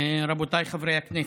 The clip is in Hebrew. רבותיי חברי הכנסת,